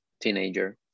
teenager